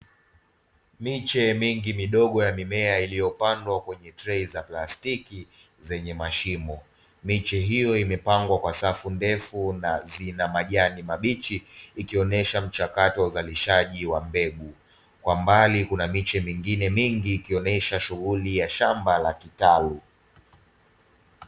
Miche mingi midogo ya mimea iliyopandwa kwenye trei za plastiki zenye mashimo. Miche hiyo imepangwa kwa safu ndefu na zina majani mabichi, ikionesha mchakato wa uzalishaji wa mbegu kwa mbali kuna miche mingine mingi ikionesha shughuli ya shamba la kitalu.